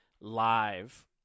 live